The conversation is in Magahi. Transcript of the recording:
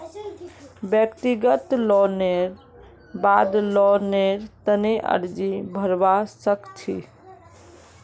व्यक्तिगत लोनेर बाद लोनेर तने अर्जी भरवा सख छि